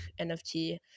NFT